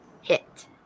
hit